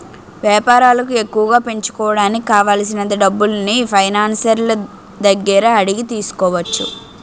వేపారాలను ఎక్కువగా పెంచుకోడానికి కావాలిసినంత డబ్బుల్ని ఫైనాన్సర్ల దగ్గర అడిగి తీసుకోవచ్చు